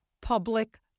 public